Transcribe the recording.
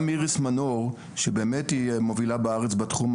גם איריס מנור שבאמת היא מובילה בארץ בתחום,